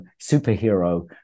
superhero